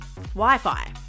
Wi-Fi